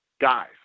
Guys